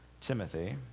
Timothy